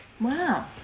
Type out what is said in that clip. Wow